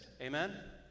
Amen